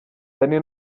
danny